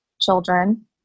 children